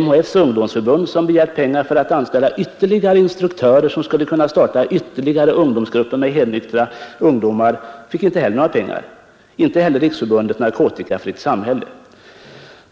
MHF:s ungdomsförbund, som begärt pengar för att anställa ytterligare instruktörer som skulle kunna starta nya grupper av helnyktra ungdomar, fick inte några pengar, liksom inte heller Riksförbundet Narkotikafritt samhälle.